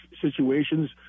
situations